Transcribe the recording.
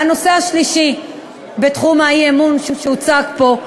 והנושא השלישי בתחום האי-אמון שהוצג פה,